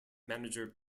manager